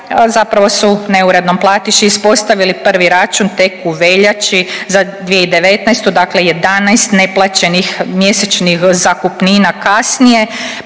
zapravo su neurednom platiši ispostavili prvi račun tek u veljači za 2019., dakle 11 neplaćenih mjesečnih zakupnina kasnije